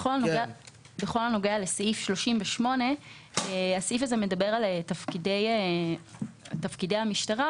סעיף 38 מדבר על תפקידי המשטרה,